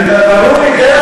ברור לי.